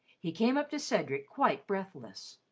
he came up to cedric quite breathless.